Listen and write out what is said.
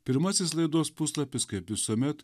pirmasis laidos puslapis kaip visuomet